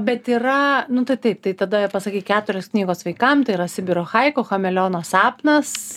bet yra nu tai taip tai tada pasakyk keturios knygos vaikam tai yra sibiro haiku chameleono sapnas